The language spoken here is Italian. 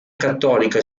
cattolica